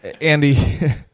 Andy